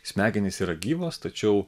smegenys yra gyvos tačiau